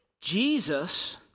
Jesus